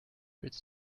its